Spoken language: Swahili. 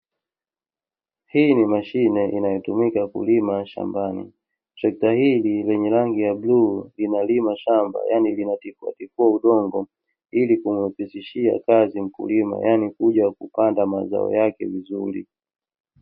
Hii ni mashine inayotumika kulima shambani. Trekta hili lenye rangi ya bluu linalima shamba yaani linatifuatifua udongo, ili kumrahisishia kazi mkulima yaani kuja kupanda mazao yake vizuri.